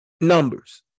numbers